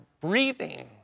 breathing